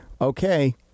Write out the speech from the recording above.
okay